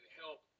help